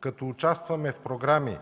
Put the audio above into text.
като участваме в програми